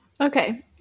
okay